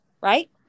Right